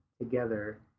together